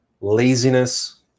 laziness